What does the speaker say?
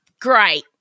great